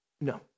No